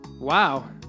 Wow